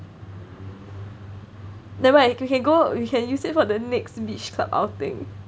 never mind we can go we can use it for the next beach club outing